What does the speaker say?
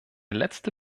letzte